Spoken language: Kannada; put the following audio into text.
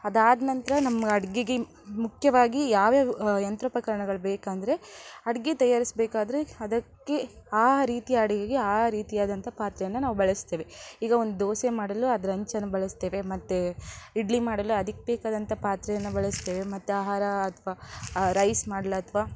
ಅದಾದ ನಂತರ ನಮ್ಗೆ ಅಡುಗೆಗೆ ಮುಖ್ಯವಾಗಿ ಯಾವ್ಯಾವ ಯಂತ್ರೋಪಕರಣಗಳು ಬೇಕಂದರೆ ಅಡುಗೆ ತಯಾರಿಸಬೇಕಾದ್ರೆ ಅದಕ್ಕೆ ಆ ರೀತಿಯ ಅಡುಗೆಗೆ ಆ ರೀತಿಯಾದಂಥ ಪಾತ್ರೆಯನ್ನು ನಾವು ಬಳಸ್ತೇವೆ ಈಗ ಒಂದು ದೋಸೆ ಮಾಡಲು ಅದ್ರ ಅಂಚನ್ನು ಬಳಸ್ತೇವೆ ಮತ್ತು ಇಡ್ಲಿ ಮಾಡಲು ಅದಕ್ಕೆ ಬೇಕಾದಂಥ ಪಾತ್ರೆಯನ್ನು ಬಳಸ್ತೇವೆ ಮತ್ತು ಆಹಾರ ಅಥ್ವಾ ರೈಸ್ ಮಾಡಲು ಅಥ್ವಾ